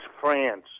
France